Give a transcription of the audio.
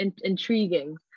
intriguing